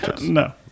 No